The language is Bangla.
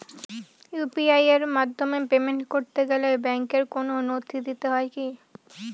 ইউ.পি.আই এর মাধ্যমে পেমেন্ট করতে গেলে ব্যাংকের কোন নথি দিতে হয় কি?